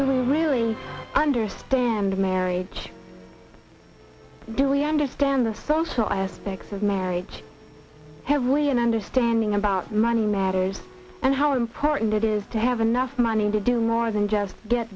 to really understand marriage do we understand the social aspects of marriage have we an understanding about money matters and how important it is to have enough money to do more than just get